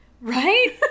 Right